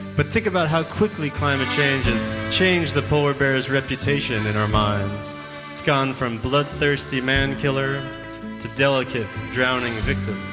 but think about how quickly climate change has changed the polar bear's reputation in our minds. it has gone from bloodthirsty man-killer to delicate drowning victim.